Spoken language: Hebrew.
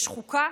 יש חוקה,